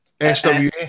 SWA